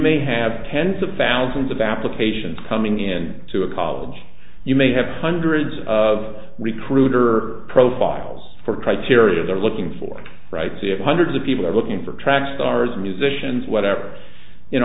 may have tens of thousands of applications coming in to a college you may have hundreds of recruiter profiles for criteria they're looking for right see eight hundred the people are looking for track stars musicians whatever in